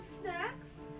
snacks